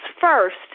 first